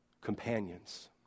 companions